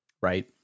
Right